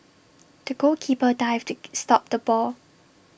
the goalkeeper dived to stop the ball